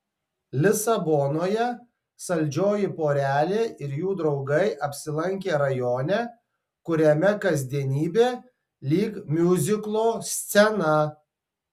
lisabonoje saldžioji porelė ir jų draugai apsilankė rajone kuriame kasdienybė lyg miuziklo scena